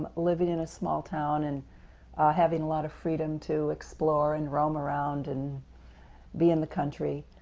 living in a small town and having a lot of freedom to explore and roam around and be in the country,